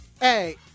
Hey